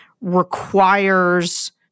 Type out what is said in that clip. requires